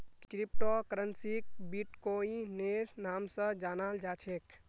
crypto करन्सीक बिट्कोइनेर नाम स जानाल जा छेक